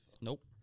Nope